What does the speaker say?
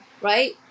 right